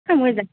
आ मोजांसो